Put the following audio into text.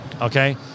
Okay